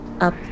up